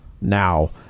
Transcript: now